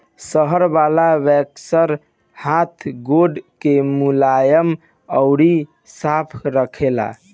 शहद वाला वैक्स हाथ गोड़ के मुलायम अउरी साफ़ रखेला